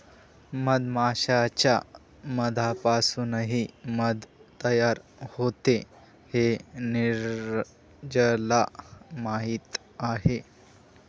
मधमाश्यांच्या मधापासूनही मध तयार होते हे नीरजला माहीत आहे